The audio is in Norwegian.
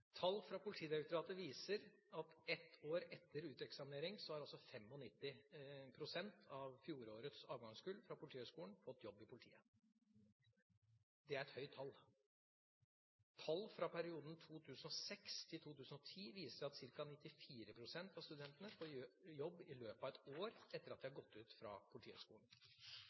Tall fra Politidirektoratet viser at ett år etter uteksaminering har 95,5 pst. av fjorårets avgangskull fra Politihøgskolen fått jobb i politiet. Det er et høyt tall. Tall fra perioden 2006–2010 viser at ca. 94 pst. av studentene får jobb i løpet av et år etter at de har gått ut fra Politihøgskolen.